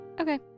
Okay